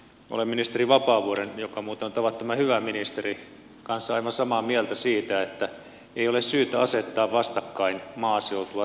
olen ministeri vapaavuoren kanssa joka on muuten tavattoman hyvä ministeri aivan samaa mieltä siitä että ei ole syytä asettaa vastakkain maaseutua ja kaupunkeja